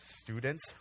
students